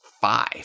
Five